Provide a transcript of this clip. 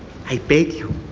i beg you,